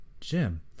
Jim